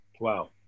Wow